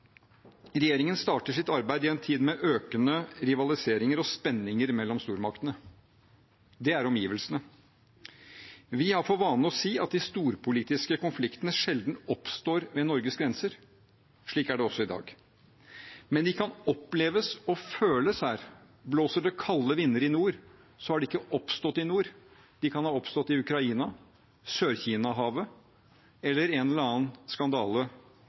Regjeringen starter sitt arbeid i en tid med økende rivaliseringer og spenninger mellom stormaktene. Det er omgivelsene. Vi har for vane å si at de storpolitiske konfliktene sjelden oppstår ved Norges grenser. Slik er det også i dag. Men de kan oppleves og føles her. Blåser det kalde vinder i nord, har de ikke oppstått i nord. De kan ha oppstått i Ukraina, Sør-Kina-havet eller en eller annen skandale